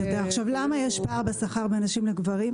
למה יש פער בשכר בין נשים לגברים?